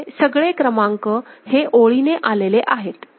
आणि इथे सगळे क्रमांक हे ओळीने आलेले आहेत